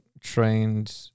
trained